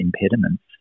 impediments